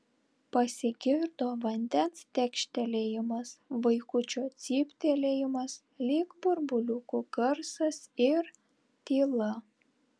pasigirdo vandens tekštelėjimas vaikučio cyptelėjimas lyg burbuliukų garsas ir tyla